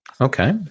Okay